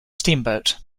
steamboat